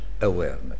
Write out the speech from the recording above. awareness